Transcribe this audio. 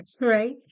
right